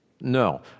No